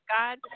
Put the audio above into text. God